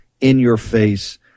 in-your-face